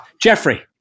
Jeffrey